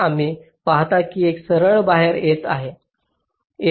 तर तुम्ही पाहता की एक सरळ बाहेर येत आहे